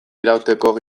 irauteko